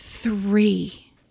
three